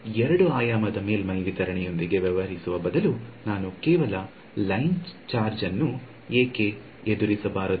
2 ಆಯಾಮದ ಮೇಲ್ಮೈ ವಿತರಣೆಯೊಂದಿಗೆ ವ್ಯವಹರಿಸುವ ಬದಲು ನಾನು ಕೇವಲ ಲೈನ್ ಚಾರ್ಜ್ ಅನ್ನು ಏಕೆ ಎದುರಿಸಬಾರದು